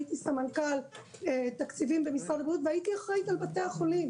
הייתי סמנכ"ל תקציבים במשרד הבריאות והייתי אחראית על בתי החולים,